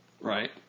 Right